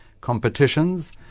competitions